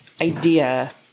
idea